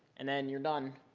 and then you're done.